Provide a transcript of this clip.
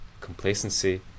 complacency